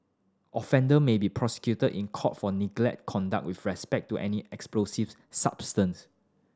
offender may be prosecuted in court for negligent conduct with respect to any explosive substance